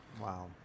Wow